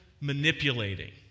manipulating